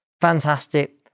fantastic